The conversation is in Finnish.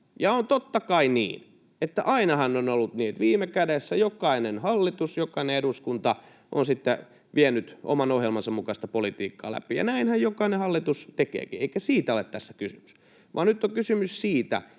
Ja on totta kai niin, että ainahan on ollut niin, että viime kädessä jokainen hallitus, jokainen eduskunta on sitten vienyt oman ohjelmansa mukaista politiikkaa läpi. Ja näinhän jokainen hallitus tekeekin, eikä siitä ole tässä kysymys, vaan nyt on kysymys siitä,